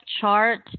chart